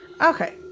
Okay